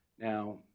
Now